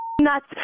Nuts